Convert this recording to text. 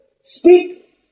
speak